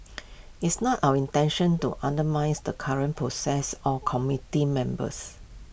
it's not our intention to undermines the current process or committee members